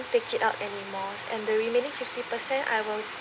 take it our anymore and the remaining fifty per cent I will